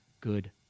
good